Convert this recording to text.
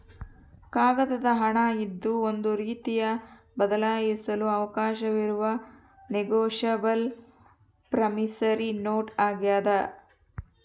ಕಾಗದದ ಹಣ ಇದು ಒಂದು ರೀತಿಯ ಬದಲಾಯಿಸಲು ಅವಕಾಶವಿರುವ ನೆಗೋಶಬಲ್ ಪ್ರಾಮಿಸರಿ ನೋಟ್ ಆಗ್ಯಾದ